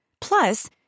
Plus